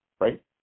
right